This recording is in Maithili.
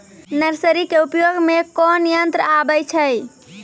नर्सरी के उपयोग मे कोन यंत्र आबै छै?